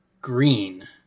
green